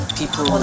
people